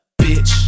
Bitch